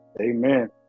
Amen